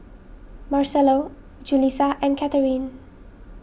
Marcelo Julisa and Katherin